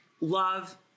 love